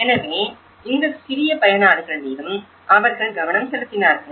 எனவே இந்த சிறிய பயனாளிகள் மீதும் அவர்கள் கவனம் செலுத்தினார்கள்